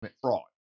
fraud